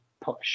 push